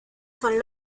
son